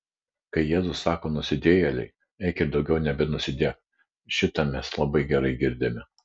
kai jėzus sako nusidėjėlei eik ir daugiau nebenusidėk šitą mes labai gerai girdime